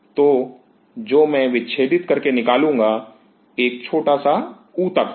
तो जो मैं विक्षेदित करके निकालूंगा एक छोटा सा ऊतक होगा